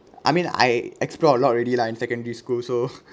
I mean I explore a lot already lah in secondary school so